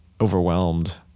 overwhelmed